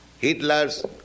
Hitler's